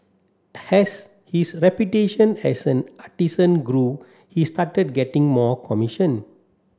has his reputation as an artisan grew he started getting more commission